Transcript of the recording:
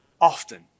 often